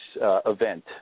event